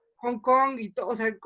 hong kong,